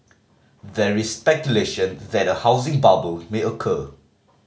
there is speculation that a housing bubble may occur